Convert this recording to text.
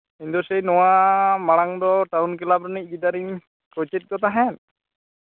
ᱤᱧ ᱫᱚ ᱥᱮᱭ ᱱᱚᱣᱟ ᱢᱟᱬᱟᱝ ᱫᱚ ᱴᱟᱣᱩᱱ ᱠᱞᱟᱵᱽ ᱨᱤᱱᱤᱡ ᱜᱤᱫᱟᱹᱨᱤᱧ ᱠᱳᱪᱮᱫ ᱠᱚ ᱛᱟᱦᱮᱸᱫ